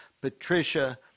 Patricia